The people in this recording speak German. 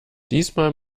diesmal